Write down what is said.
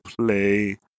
play